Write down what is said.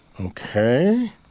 okay